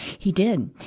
he did.